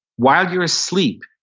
while you're asleep,